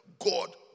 God